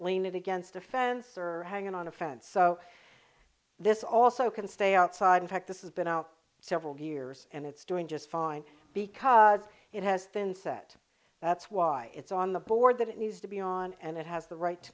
lean it against a fence or hang it on a fence so this also can stay outside in fact this is been out several years and it's doing just fine because it has thinset that's why it's on the board that it needs to be on and it has the right